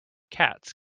cats